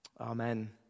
Amen